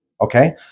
okay